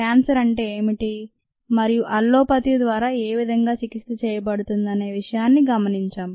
cancer అంటే ఏమిటి మరియు అల్లోపతి ద్వారా ఏవిధంగా చికిత్స చేయబడుతుందనే విషయాన్ని గమనించాం